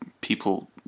people